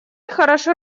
хорошо